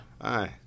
aye